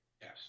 yes